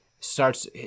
starts